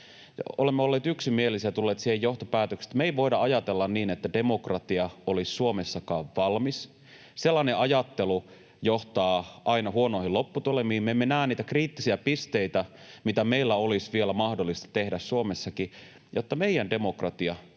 olemme olleet yksimielisiä ja tulleet siihen johtopäätökseen, että me ei voida ajatella niin, että demokratia olisi Suomessakaan valmis. Sellainen ajattelu johtaa aina huonoihin lopputulemiin: me emme näe niitä kriittisiä pisteitä, mitä meillä olisi vielä mahdollista tehdä Suomessakin, jotta meidän demokratia